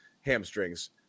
hamstrings